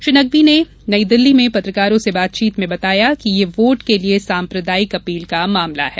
श्री नकवी ने नई दिल्ली में पत्रकारों से बातचीत में बताया कि यह वोट के लिए साम्प्रदायिक अपील का मामला है